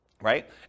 right